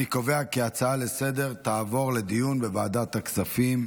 אני קובע כי ההצעה לסדר-היום תעבור לדיון בוועדת הכספים.